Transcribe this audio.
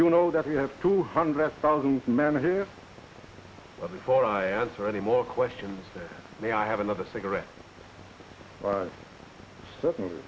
you know that we have two hundred thousand men here for i answer any more questions may i have another cigarette certainly